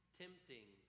tempting